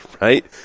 right